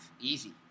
Easy